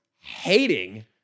hating